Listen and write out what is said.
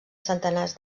centenars